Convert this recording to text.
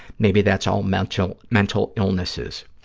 maybe that's all mental mental illnesses.